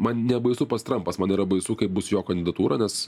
man nebaisu pats trampas man yra baisu kaip bus jo kandidatūra nes